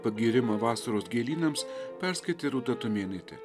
pagyrimą vasaros gėlynams perskaitė rūta tumėnaitė